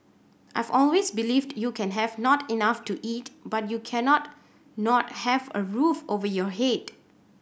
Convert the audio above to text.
I've always believed you can have not enough to eat but you cannot not have a roof over your head